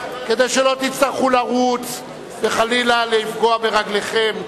כדי שלא תצטרכו לרוץ וחלילה לפגוע ברגליכם.